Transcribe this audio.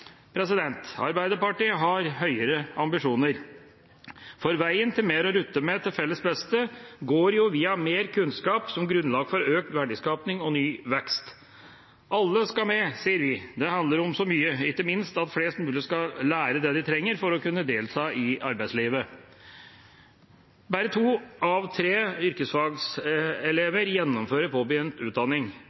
Arbeiderpartiet har høyere ambisjoner. Veien til mer å rutte med til felles beste går jo via mer kunnskap som grunnlag for økt verdiskaping og ny vekst. Alle skal med, sier vi. Det handler om så mye, ikke minst at flest mulig skal lære det de trenger for å kunne delta i arbeidslivet. Bare to av tre yrkesfagelever gjennomfører påbegynt utdanning.